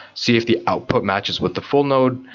see if the output matches with the full node,